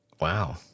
Wow